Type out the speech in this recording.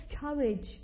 courage